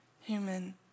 human